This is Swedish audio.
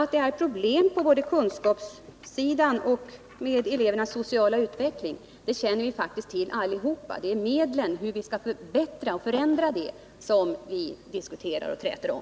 Att det är problem både på kunskapssidan och med elevernas sociala utveckling känner vi faktiskt till allihop. Det är medlen för hur vi skall förändra och förbättra situationen som vi träter om.